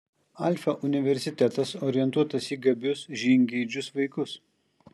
alfa universitetas orientuotas į gabius žingeidžius vaikus